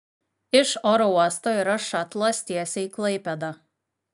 iš oro uosto yra šatlas tiesiai į klaipėdą